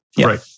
Right